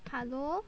hello